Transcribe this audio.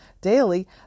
daily